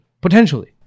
Potentially